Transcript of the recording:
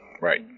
Right